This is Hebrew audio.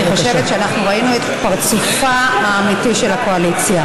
אני חושבת שראינו את פרצופה האמיתי של הקואליציה.